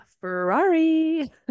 Ferrari